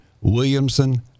Williamson